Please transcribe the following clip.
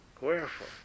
wherefore